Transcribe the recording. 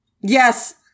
Yes